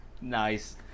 Nice